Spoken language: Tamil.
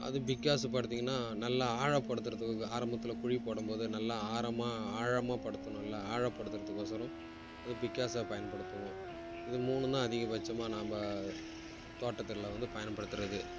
அது பிக்காஸு இப்போ எடுத்தீங்கன்னா நல்லா ஆழப்படுத்துறதுக்கு ஆரம்பத்தில் குழி போடும்போது நல்லா ஆழமா ஆழம் படுத்துணும்ல ஆழப்படுத்துறதுக்கோசரம் அதுக்கு பிக்காஸை பயன்படுத்துவோம் இது மூணுந்தான் அதிகபட்சமாக நாம தோட்டத்தில் வந்து பயன்படுத்துகிறது